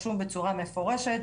רשום בצורה מפורשת,